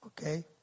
Okay